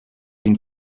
been